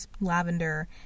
lavender